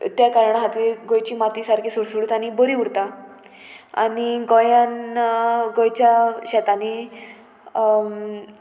त्या कारणा खातीर गोंयची माती सारकी सुडसुडीत आनी बरी उरता आनी गोंयान गोंयच्या शेतांनी